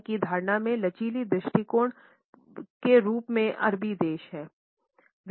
समय की धारणा में लचीली दृष्टि के रूप में अरबी देश हैं